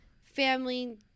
family